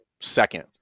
second